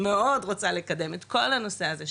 מאוד רוצה לקדם את כל הנושא הזה,